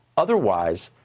otherwise,